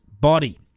body